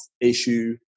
issue